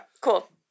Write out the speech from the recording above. Cool